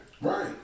Right